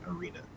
arena